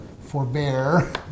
forbear